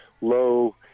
low